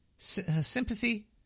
Sympathy